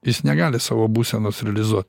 jis negali savo būsenos realizuot